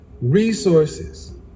resources